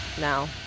now